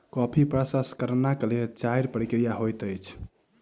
coffee प्रसंस्करण के लेल चाइर प्रक्रिया होइत अछि